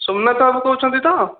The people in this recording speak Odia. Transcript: ସୋମନାଥ ବାବୁ କହୁଛନ୍ତି ତ